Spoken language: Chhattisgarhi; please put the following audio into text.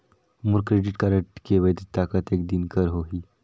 मोर क्रेडिट कारड के वैधता कतेक दिन कर होही?